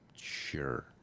Sure